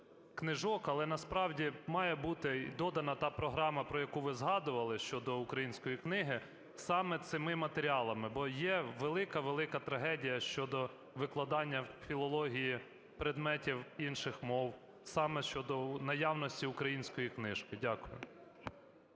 книжок. Але насправді має бути додана та програма, про яку ви згадували, щодо української книги, саме цими матеріалами. Бо є велика-велика трагедія щодо викладання філології предметів інших мов саме щодо наявності української книжки. Дякую.